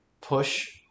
push